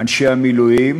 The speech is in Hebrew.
באנשי המילואים.